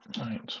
right